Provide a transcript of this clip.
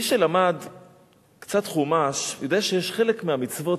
מי שלמד קצת חומש יודע שחלק מהמצוות,